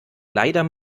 leider